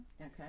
Okay